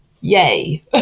Yay